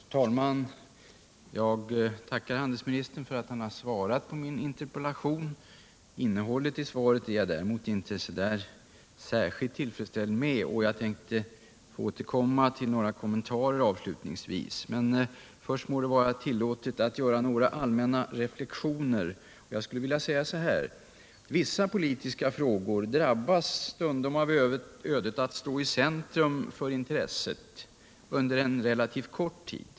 Herr talman! Jag tackar handelsministern för att han har svarat på min interpellation; innehållet i svaret är jag däremot inte särskilt tillfredsställd med, och jag tänker göra några kommentarer till det. Först må det dock tillåtas mig att göra några allmänna reflektioner. Vissa politiska frågor drabbas stundom av ödet att stå i centrum för intresset under en relativt kort tid.